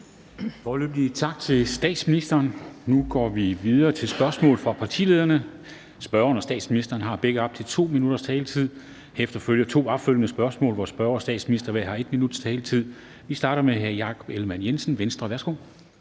Foreløbig tak til statsministeren. Nu går vi videre til spørgsmål fra partilederne. Spørgeren og statsministeren har begge op til 2 minutters taletid, og herefter følger to opfølgende spørgsmål, hvor spørger og statsminister hver har 1 minuts taletid. Vi starter med hr. Jakob Ellemann-Jensen, Venstre. Værsgo.